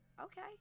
Okay